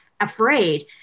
afraid